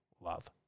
love